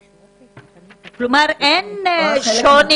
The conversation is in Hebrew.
כלומר, אין שוני